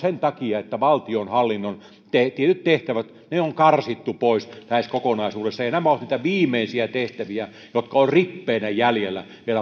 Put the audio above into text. sen takia että valtionhallinnon tietyt tehtävät on karsittu pois lähes kokonaisuudessaan nämä ovat niitä viimeisiä tehtäviä jotka ovat rippeinä vielä jäljellä